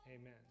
Amen